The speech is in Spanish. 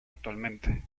actualmente